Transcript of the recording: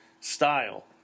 style